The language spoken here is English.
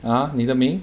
a'ah 你的名